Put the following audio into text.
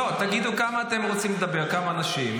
לא, תגידו כמה אתם רוצים לדבר, כמה אנשים.